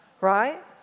right